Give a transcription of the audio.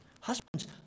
Husbands